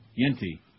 Yenti